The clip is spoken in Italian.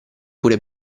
pure